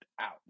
out